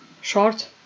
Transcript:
short